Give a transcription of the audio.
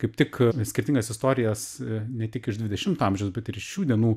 kaip tik skirtingas istorijas ne tik iš dvidešimto amžiaus bet ir iš šių dienų